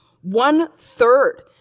One-third